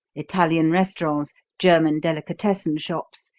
italian restaurants, german delicatessen shops,